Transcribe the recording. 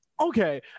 Okay